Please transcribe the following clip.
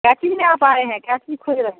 क्या चीज़ में आप आए हैं क्या चीज़ खोज रहे हैं